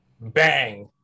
bang